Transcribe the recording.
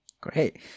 Great